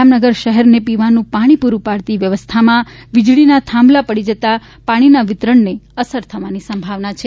જામનગર શહેરને પીવાનું પાણી પુરૂ પાડતી વ્યવસ્થામાં વીજળીના થાંભલા પડી જતા પાણીના વિતરણને અસર થવાની સંભાવના છે